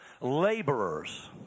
laborers